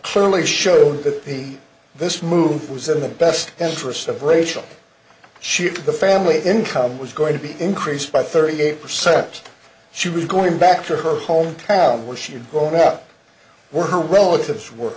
clearly show that this move was in the best interests of racial ship the family income was going to be increased by thirty eight percent she was going back to her hometown where she had grown up were her relatives were